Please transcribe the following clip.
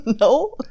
No